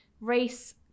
race